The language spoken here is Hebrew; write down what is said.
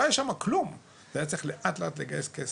לא היה שם כלום והיה צריך לאט לאט לגייס כסף.